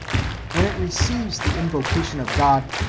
when it receives the invocation of god,